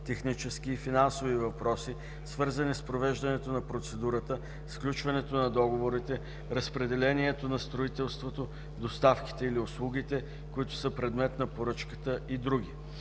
технически и финансови въпроси, свързани с провеждането на процедурата, сключването на договорите, разпределението на строителството, доставките или услугите, които са предмет на поръчката и други.